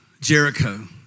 Jericho